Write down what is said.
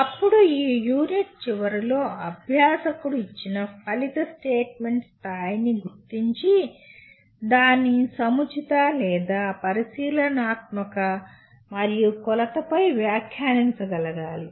అప్పుడు ఈ యూనిట్ చివరలో అభ్యాసకుడు ఇచ్చిన ఫలిత స్టేట్మెంట్ స్థాయిని గుర్తించి దాని సముచిత లేదా పరిశీలనాత్మకత మరియు కొలతపై వ్యాఖ్యానించగలగాలి